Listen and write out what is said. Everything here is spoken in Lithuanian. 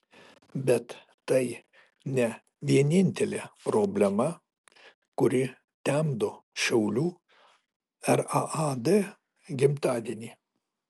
bet tai ne vienintelė problema kuri temdo šiaulių raad gimtadienį